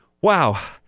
Wow